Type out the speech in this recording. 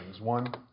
One